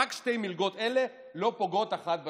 רק שתי המלגות האלה לא פוגעות אחת בשנייה.